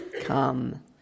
come